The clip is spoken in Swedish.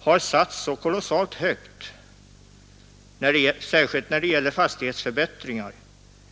har satts kolossalt högt, särskilt när det gäller fastighetsförbättringar.